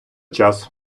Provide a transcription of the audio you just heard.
час